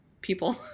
people